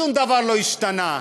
שום דבר לא השתנה.